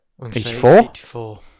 84